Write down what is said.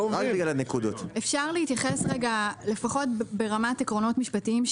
אפשר להתייחס רגע ברמת עקרונות משפטיים?